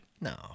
No